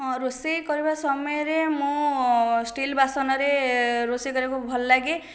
ରୋଷେଇ କରିବା ସମୟରେ ମୁଁ ଷ୍ଟିଲ୍ ବାସନରେ ରୋଷେଇ କରିବାକୁ ଭଲ ଲାଗେ